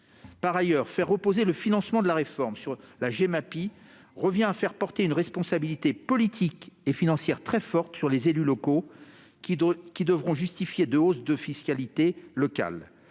Par ailleurs, faire reposer le financement de la réforme sur la taxe Gemapi revient à faire peser une responsabilité politique et financière très forte sur les élus locaux, qui devront justifier de hausses de la fiscalité locale.